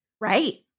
Right